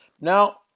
Now